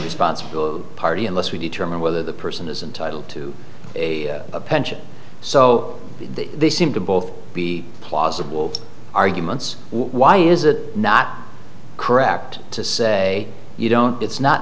responsible party unless we determine whether the person is intitled to a pension so they seem to both be plausible arguments why is it not correct to say you don't it's not